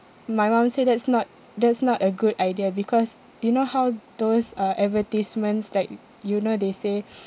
my mum say that's not that's not a good idea because you know how those uh advertisements like you know they say